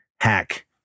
hack